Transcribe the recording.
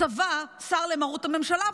הצבא סר למרות הממשלה,